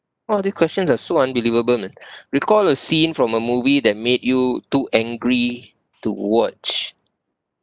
all of these questions are so unbelievable man recall a scene from a movie that made you too angry to watch